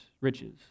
riches